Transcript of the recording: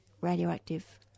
Radioactive